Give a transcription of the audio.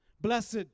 Blessed